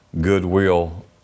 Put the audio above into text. goodwill